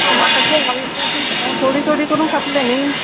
आ म्हाका जें आवडटा तीच हांव थोडी थोडी करून खातलें न्ही